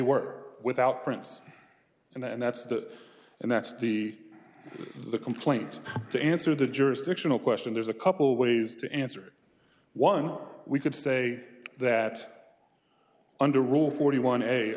were without prince and that's that and that's the the complaint to answer the jurisdictional question there's a couple ways to answer one we could say that under rule forty one a